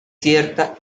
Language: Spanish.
cierta